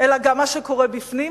אלא גם מול מה שקורה בפנים.